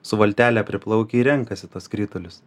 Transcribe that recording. su valtele priplaukę ir renkasi tuos skritulius